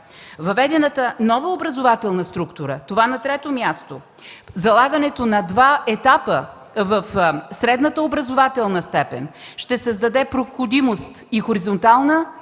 Въведената нова образователна структура, на трето място, залагането на два етапа в средната образователна степен ще създаде хоризонтална и